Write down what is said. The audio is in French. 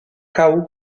cao